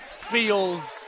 feels